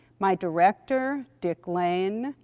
my director, dick lane,